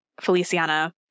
Feliciana